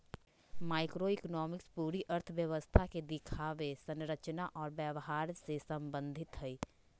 macroeconomics पूरी अर्थव्यवस्था के दिखावे, संरचना और व्यवहार से संबंधित हई